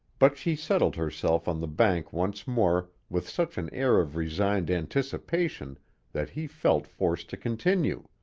but she settled herself on the bank once more with such an air of resigned anticipation that he felt forced to continue.